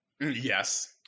Yes